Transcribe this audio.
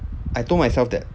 I told myself that